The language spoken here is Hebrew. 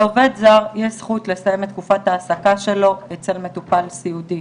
לעובד זר יש זכות לסיים את תקופת ההעסקה שלו אצל מטופל סיעודי.